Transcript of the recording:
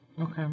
Okay